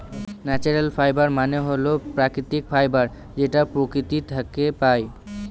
natural fibre মানে হল প্রাকৃতিক ফাইবার যেটা প্রকৃতি থাকে পাই